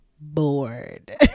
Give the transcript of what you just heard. bored